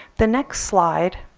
the next slide